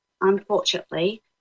Unfortunately